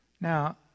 Now